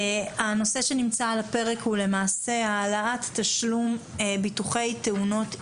הנושא שנמצא על הפרק הוא למעשה העלאת תשלום ביטוחי תאונות אישיות.